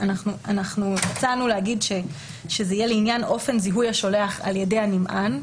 אנחנו הצענו להגיד שזה יהיה לעניין אופן זיהוי השולח על ידי הנמען,